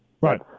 Right